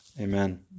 Amen